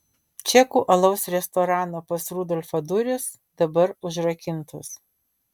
čekų alaus restorano pas rudolfą durys dabar užrakintos